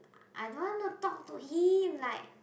I don't want to talk to him like